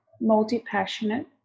multi-passionate